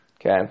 Okay